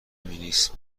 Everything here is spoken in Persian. مینسک